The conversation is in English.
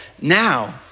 Now